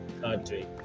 Country